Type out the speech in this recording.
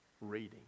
reading